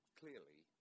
clearly